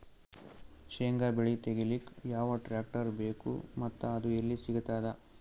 ಶೇಂಗಾ ಬೆಳೆ ತೆಗಿಲಿಕ್ ಯಾವ ಟ್ಟ್ರ್ಯಾಕ್ಟರ್ ಬೇಕು ಮತ್ತ ಅದು ಎಲ್ಲಿ ಸಿಗತದ?